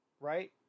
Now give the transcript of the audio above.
right